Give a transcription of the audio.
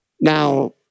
Now